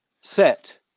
set